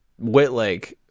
Whitlake